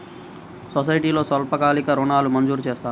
సొసైటీలో స్వల్పకాలిక ఋణాలు మంజూరు చేస్తారా?